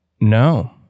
no